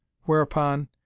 Whereupon